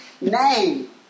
name